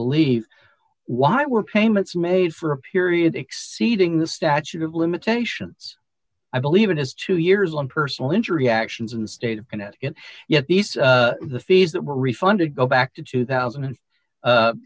believe why were payments made for a period exceeding the statute of limitations i believe it is two years on personal injury actions in the state of connecticut yet these fees that were refunded go back to two thousand and